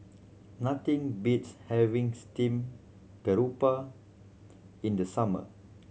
nothing beats having steamed garoupa in the summer